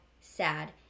sad